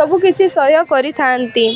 ସବୁକିଛି ସହ୍ୟ କରିଥାନ୍ତି